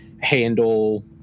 handle